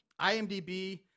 IMDb